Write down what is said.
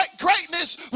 greatness